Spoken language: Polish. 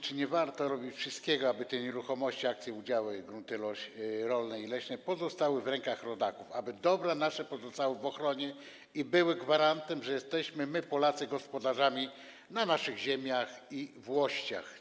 Czy nie warto robić wszystkiego, aby te nieruchomości, akcje, udziały, grunty rolne i leśne pozostały w rękach rodaków, aby dobra nasze były chronione i pozostawały gwarantem tego, że my, Polacy, jesteśmy gospodarzami na naszych ziemiach i włościach?